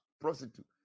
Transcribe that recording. prostitute